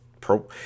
pro-